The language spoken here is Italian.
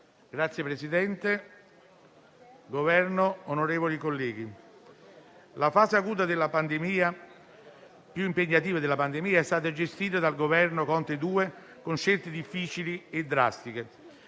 rappresentanti del Governo, onorevoli colleghi, la fase acuta e più impegnativa della pandemia è stata gestita dal Governo Conte II, con scelte difficili e drastiche,